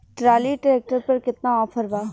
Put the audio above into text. Trolley tractor पर केतना offer बा?